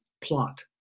plot